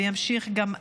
וימשיך גם הלאה.